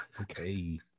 okay